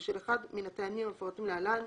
בשל אחד מן הטעמים המפורטים להלן,